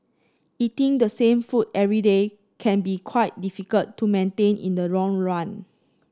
eating the same food every day can be quite difficult to maintain in the long run